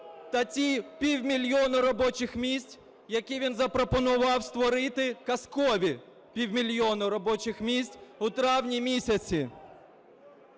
та ті півмільйона робочих місць, які він запропонував створити, казкові півмільйона робочих місць, у травні місяці.